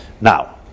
Now